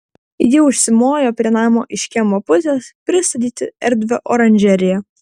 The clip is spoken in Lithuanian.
ji užsimojo prie namo iš kiemo pusės pristatyti erdvią oranžeriją